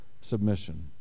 Submission